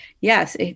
yes